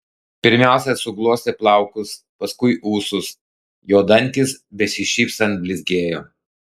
pirmiausia suglostė plaukus paskui ūsus jo dantys besišypsant blizgėjo